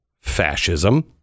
fascism